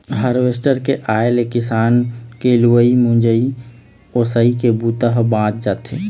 harvester के आए ले किसान के लुवई, मिंजई, ओसई के बूता ह बाँच जाथे